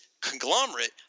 conglomerate